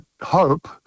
hope